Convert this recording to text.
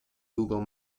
google